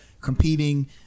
competing